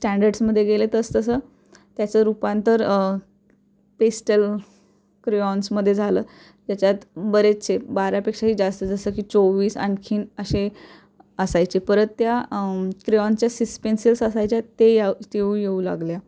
स्टँडर्ड्समध्ये गेले तस तसं त्याचं रूपांतर पेस्टल क्रेऑन्समध्ये झालं त्याच्यात बरेचसे बारापेक्षाही जास्त जसं की चोवीस आणखीन असे असायचे परत त्या क्रेऑनच्या सिस्पेन्सिल्स असायच्या ते या ते येऊ लागल्या